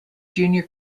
junior